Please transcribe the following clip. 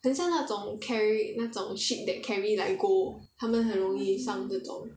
很像那种 carry 那种 ship that carry like gold 他们很容易上这种